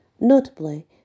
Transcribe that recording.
Notably